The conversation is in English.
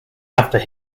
after